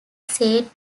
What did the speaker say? said